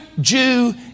Jew